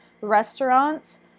restaurants